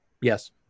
Yes